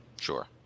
Sure